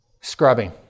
scrubbing